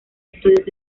estudios